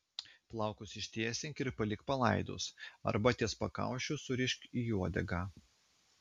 plaukus ištiesink ir palik palaidus arba ties pakaušiu surišk į uodegą